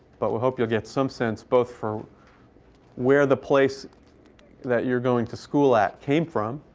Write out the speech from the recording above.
but we'll hope you'll get some sense both for where the place that you're going to school at came from,